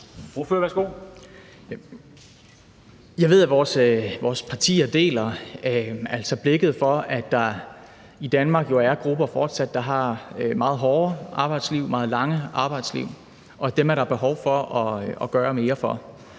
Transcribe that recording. Jeg ved jo, at vores partier deler blikket for, at der i Danmark fortsat er grupper, der har meget hårde arbejdsliv, meget lange arbejdsliv, og dem er der behov for at gøre mere for.